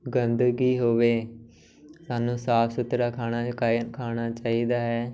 ਗੰਦਗੀ ਹੋਵੇ ਸਾਨੂੰ ਸਾਫ ਸੁਥਰਾ ਖਾਣਾ ਖਾੲ ਖਾਣਾ ਚਾਹੀਦਾ ਹੈ